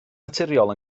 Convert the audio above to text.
naturiol